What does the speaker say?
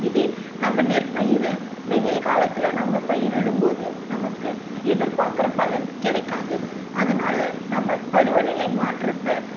இதே நம்ம நெற்பயிரை வெயில் காலத்தில் நம்ம பயிரிடும் போது நமக்கு எதிர்பார்க்கிற பலன் கிடைக்காது அதனால் நம்ம பருவநிலை மாற்றத்தை